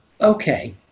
Okay